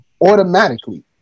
automatically